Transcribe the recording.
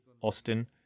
Austin